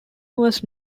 was